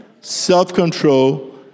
self-control